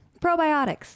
Probiotics